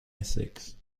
ethics